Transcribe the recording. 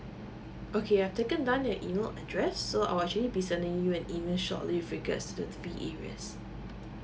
okay I've taken down your email address so I'll actually be sending you an email shortly with regards to the B areas